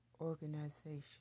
organization